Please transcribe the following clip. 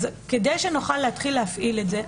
כדי שנוכל להתחיל להפעיל את זה,